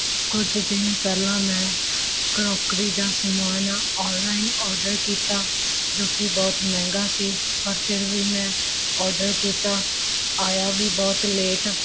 ਕੁਝ ਦਿਨ ਪਹਿਲਾਂ ਮੈਂ ਕਰੌਕਰੀ ਦਾ ਸਮਾਨ ਆਨਲਾਈਨ ਆਰਡਰ ਕੀਤਾ ਜੋ ਕਿ ਬਹੁਤ ਮਹਿੰਗਾ ਸੀ ਪਰ ਫਿਰ ਵੀ ਮੈਂ ਆਰਡਰ ਕੀਤਾ ਆਇਆ ਵੀ ਬਹੁਤ ਲੇਟ